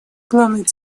главных